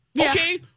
Okay